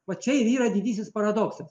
vat čia ir yra didysis paradoksas